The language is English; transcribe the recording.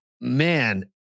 man